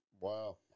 Wow